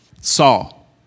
Saul